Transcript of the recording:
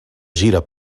gira